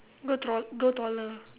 grow tall grow taller